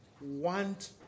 want